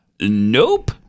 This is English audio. nope